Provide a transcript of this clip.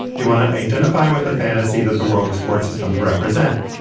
they want to identify with the fantasy that the world of sports has come to represent.